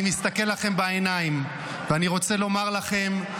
אני מסתכל לכם בעיניים, ואני רוצה לומר לכם: